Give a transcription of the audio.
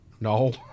No